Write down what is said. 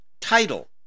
title